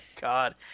God